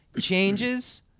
changes